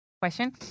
question